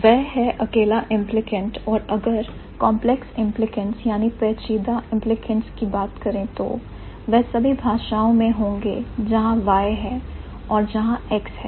वह है अकेला implicant और अगर पेचीदा implicants है तो वह सभी भाषाओं में होंगे जहां Y है और जहां X है